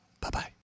Bye-bye